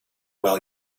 well